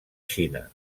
xina